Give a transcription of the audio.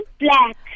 black